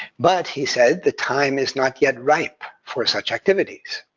but he said the time is not yet ripe for such activities.